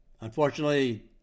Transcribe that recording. Unfortunately